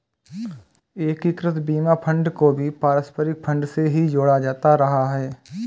एकीकृत बीमा फंड को भी पारस्परिक फंड से ही जोड़ा जाता रहा है